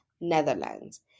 Netherlands